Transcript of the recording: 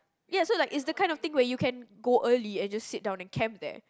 ya so like it's the kind of thing where you can go early and just sit down and camp there